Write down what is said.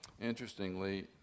Interestingly